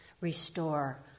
restore